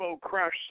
crash